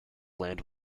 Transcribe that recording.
land